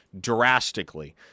drastically